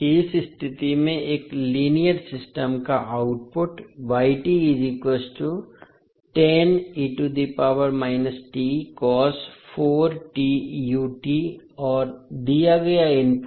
इस स्थिति में एक लीनियर सिस्टम का आउटपुट और दिया गया इनपुट है